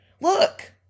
Look